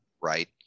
Right